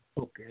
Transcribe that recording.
Okay